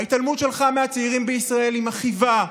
ההתעלמות שלך מהצעירים בישראל היא מכאיבה,